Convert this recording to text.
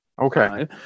Okay